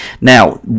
Now